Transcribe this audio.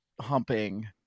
humping